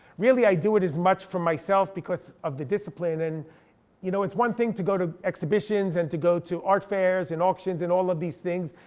really i do it as much for myself because of the discipline. and you know it's one thing to go to exhibitions, and to go to art fairs, and auctions, and all of these things,